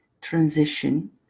transition